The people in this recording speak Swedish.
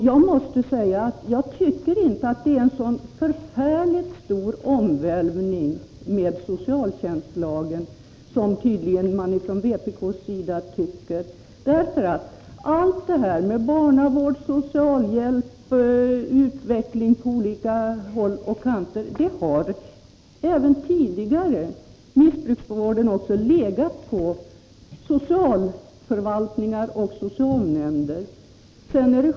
Jag anser inte att socialtjänstlagen innebär en så förfärligt stor omvälvning som man tydligen från vpk:s sida anser, därför att barnavård, socialhjälp, missbrukarvård och utveckling på olika områden har även tidigare legat inom socialförvaltningarnas och socialnämndernas ansvarsområden.